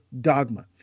dogma